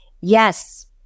Yes